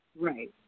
Right